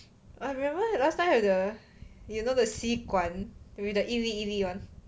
I remember last time the you know the 吸管 with the 一粒一粒 [one]